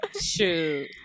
Shoot